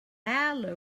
loudly